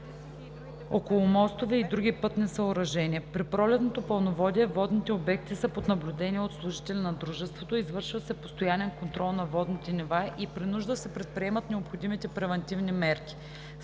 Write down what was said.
около мостове и други пътни съоръжения. При пролетното пълноводие водните обекти са под наблюдение от служители на Дружеството, извършва се постоянен контрол на водните нива и при нужда се предприемат необходимите превантивни мерки.